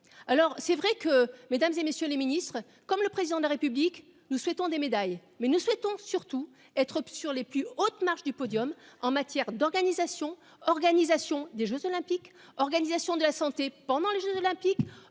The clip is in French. Alors c'est vrai que mesdames et messieurs les Ministres, comme le président de la République. Nous souhaitons des médailles, mais nous souhaitons surtout être sur les plus hautes marches du podium en matière d'organisation, organisation des Jeux olympiques, organisation de la santé pendant les Jeux olympiques,